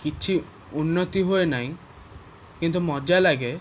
କିଛି ଉନ୍ନତି ହୁଏ ନାହିଁ କିନ୍ତୁ ମଜା ଲାଗେ